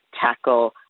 tackle